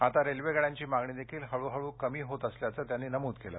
आता रेल्वेंगाड्यांची मागणी देखील हळूहळू कमी होत असल्याचं त्यांनी नमूद केलं